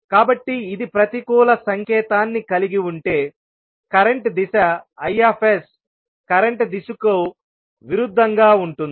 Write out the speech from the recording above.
కాబట్టి ఇది ప్రతికూల సంకేతాన్ని కలిగి ఉంటే కరెంటు దిశ I కరెంటు దిశకు విరుద్ధంగా ఉంటుంది